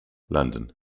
london